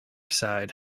side